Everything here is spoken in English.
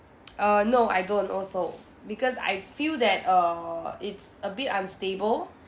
err no I don't also because I feel that err it's a bit unstable